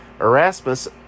Erasmus